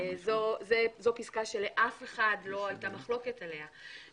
זו פסקה שלאף אחד לא היתה מחלוקת עליה.